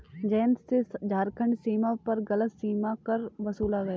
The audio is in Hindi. जयंत से झारखंड सीमा पर गलत सीमा कर वसूला गया